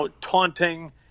taunting